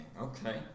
Okay